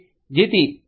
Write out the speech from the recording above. જેથી એસ